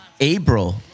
April